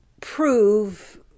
prove